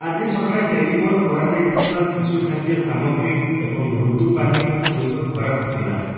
ଆଜି ସକାଳେ ଡେଲିଭର୍ କରାଯାଇଥିବା ଶିଶୁ ଖାଦ୍ୟ ସାମଗ୍ରୀ ଏବଂ ମୃଦୁ ପାନୀୟ ଗୁଡ଼ିକ ଖରାପ ଥିଲା